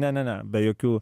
ne ne ne be jokių